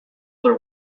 their